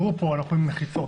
תראו, פה אנחנו עם מחיצות.